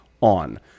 on